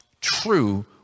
true